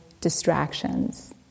distractions